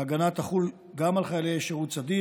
ההגנה האמורה תחול גם על חיילים בשירות סדיר